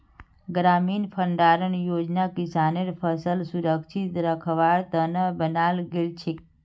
ग्रामीण भंडारण योजना किसानेर फसलक सुरक्षित रखवार त न बनाल गेल छेक